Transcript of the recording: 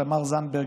תמר זנדברג,